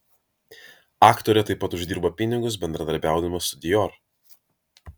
aktorė taip pat uždirba pinigus bendradarbiaudama su dior